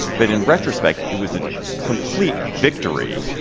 but in retrospect, it was a complete victory,